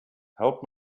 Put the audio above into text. help